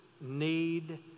need